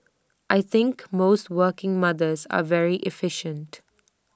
I think most working mothers are very efficient